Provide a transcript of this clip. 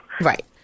Right